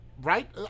Right